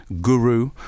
guru